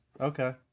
okay